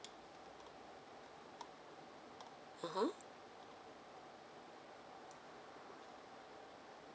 (uh huh)